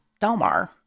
Delmar